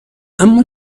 اما